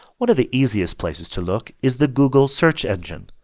one of the easiest places to look is the google search engine.